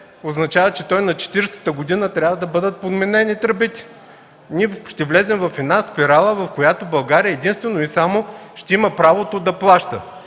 означава, че на 40-ата година трябва да бъдат подменени тръбите. Ние ще влезем в една спирала, в която България единствено и само ще има правото да плаща.